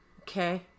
Okay